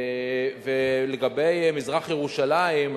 לגבי מזרח-ירושלים,